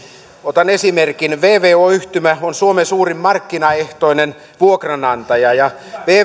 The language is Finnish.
otan esimerkin vvo yhtymä on suomen suurin markkinaehtoinen vuokranantaja ja